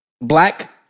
black